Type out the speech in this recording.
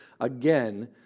again